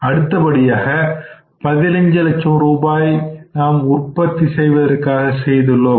அடுத்தபடியாக 15 லட்சம் ரூபாய் நாம் உற்பத்தி செய்வதற்காக செய்துள்ளோம்